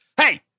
hey